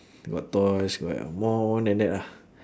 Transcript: got toys got more than that lah